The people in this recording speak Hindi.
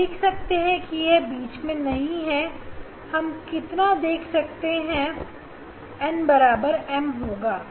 आप देख सकते हैं यह बीच नहीं है हम कितना देख सकते हैं n बराबर m होगा